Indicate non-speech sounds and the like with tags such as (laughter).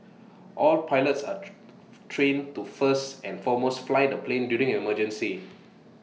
all pilots are (unintelligible) trained to first and foremost fly the plane during emergency